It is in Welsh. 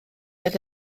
oedd